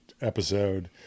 episode